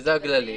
שזה הגללים.